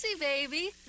baby